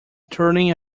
turning